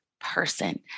person